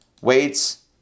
weights